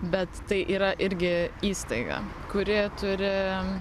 bet tai yra irgi įstaiga kuri turi